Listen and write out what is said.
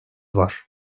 var